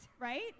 right